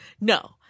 no